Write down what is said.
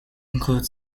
include